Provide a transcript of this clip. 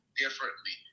differently